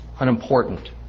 unimportant